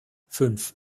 fünf